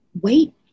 wait